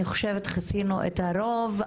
אני חושבת שכיסינו את הרוב,